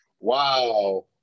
Wow